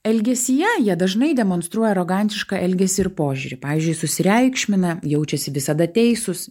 elgesyje jie dažnai demonstruoja arogantišką elgesį ir požiūrį pavyzdžiui susireikšmina jaučiasi visada teisūs